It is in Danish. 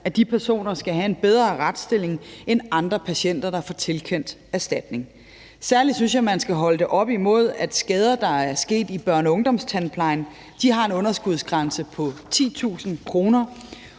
at de personer skal have en bedre retsstilling end andre patienter, der får tilkendt erstatning. Særlig synes jeg, man skal holde det op imod, at skader, der er sket i børne- og ungdomstandplejen, har en underskudsgrænse på 10.000 kr.,